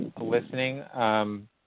listening